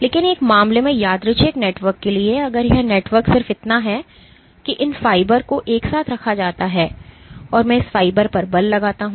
लेकिन एक मामले में यादृच्छिक नेटवर्क के लिए अगर यह नेटवर्क सिर्फ इतना है कि इन फाइबर को एक साथ रखा जाता है और मैं इस फाइबर पर बल लगाता हूं